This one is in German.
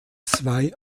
zwei